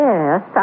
Yes